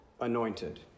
anointed